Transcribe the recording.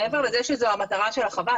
מעבר לזה שזו המטרה של החווה,